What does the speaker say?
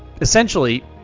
essentially